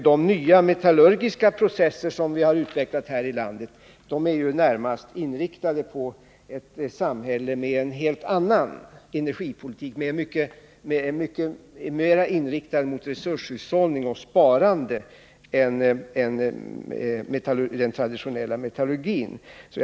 De nya metallurgiprocesser som vi har utvecklat här i landet är närmast inriktade på ett samhälle med en helt annan energipolitik, mycket mer inställd på resurshushållning och sparande, än den traditionella metallurgin.